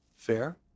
Fair